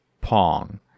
Pong